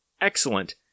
excellent